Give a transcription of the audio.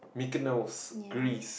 Mykonos Greece